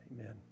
Amen